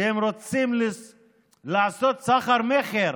כי הם רוצים לעשות סחר-מכר